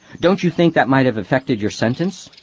don't you think that might have affected your sentence?